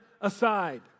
aside